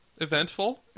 Eventful